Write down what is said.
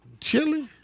chili